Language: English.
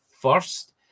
first